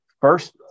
first